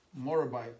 motorbike